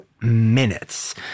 minutes